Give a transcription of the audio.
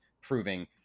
proving